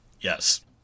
Yes